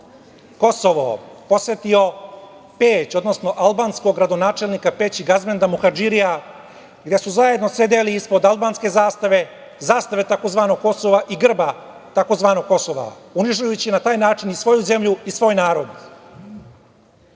Kosovo, posetio Peć, odnosno albanskog gradonačelnika Peći Gazmenda Muhadžirija, gde su zajedno sedeli ispod albanske zastave, zastave takozvanog Kosova i grba takozvanog Kosova, ponizeći na taj način i svoju zemlju i svoj narod. Pre